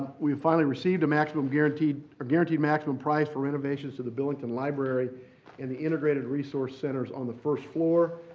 we finally received a maximum guaranteed or guaranteed maximum price for renovations to the billington library and the integrated resource centers on the first floor.